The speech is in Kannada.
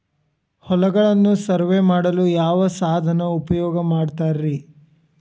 ಹೊಲಗಳನ್ನು ಸರ್ವೇ ಮಾಡಲು ಯಾವ ಸಾಧನ ಉಪಯೋಗ ಮಾಡ್ತಾರ ರಿ?